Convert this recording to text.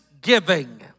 giving